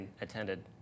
attended